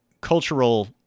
cultural